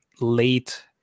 late